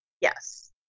Yes